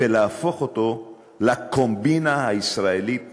ולהפוך אותו לקומבינה הישראלית